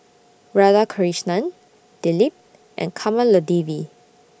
Radhakrishnan Dilip and Kamaladevi